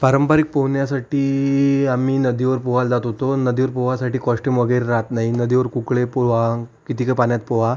पारंपरिक पोहण्यासाठी आम्ही नदीवर पोहायला जात होतो नदीवर पोहासाठी कॉस्ट्युम वगैरे राहत नाही नदीवर कुकडे पुआंक कितीकं पाण्यात पोहा